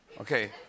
Okay